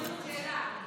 שאלה.